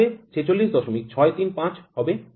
সুতরাং এটি কীভাবে ৪৬৬৩৫ হবে